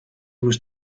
was